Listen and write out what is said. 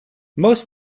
most